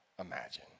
imagine